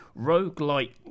roguelike